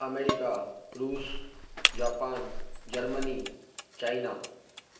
America Russia Japan Germany China